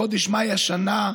בחודש מאי השנה,